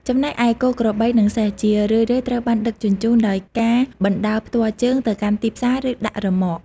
ចំណែកឯគោក្របី និងសេះ ជារឿយៗត្រូវបានដឹកជញ្ជូនដោយការបណ្តើរផ្ទាល់ជើងទៅកាន់ទីផ្សារ ឬដាក់រឺម៉ក ។